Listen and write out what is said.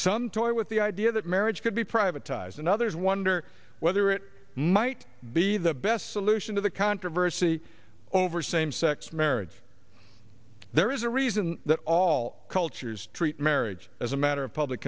some toyed with the idea that marriage could be privatized and others wonder whether it might be the best solution to the controversy over same sex marriage there is a reason that all cultures treat marriage as a matter of public